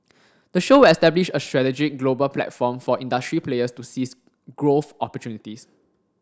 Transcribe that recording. the show will establish a strategic global platform for industry players to seize growth opportunities